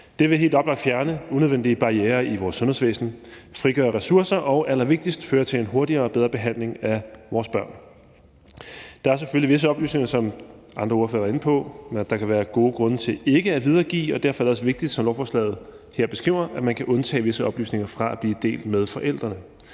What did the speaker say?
Det vil helt oplagt fjerne unødvendige barrierer i vores sundhedsvæsen, frigøre ressourcer og allervigtigst føre til en hurtigere og bedre behandling af vores børn. Som andre ordførere har været inde på, er der selvfølgelig visse oplysninger, der kan være gode grunde til ikke at videregive, og derfor er det også vigtigt, som lovforslaget her beskriver, at man kan undtage visse oplysninger fra at blive delt med forældrene.